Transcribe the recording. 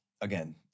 again